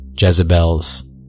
jezebels